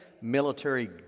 military